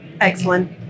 Excellent